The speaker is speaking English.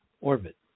orbit